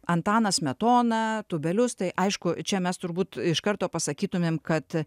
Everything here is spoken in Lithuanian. antaną smetoną tūbelius tai aišku čia mes turbūt iš karto pasakytumėm kad